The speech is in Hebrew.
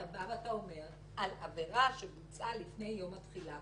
אתה בא ואתה אומר: על העבירה שבוצעה לפני יום התחילה.